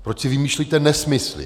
Proč si vymýšlíte nesmysly?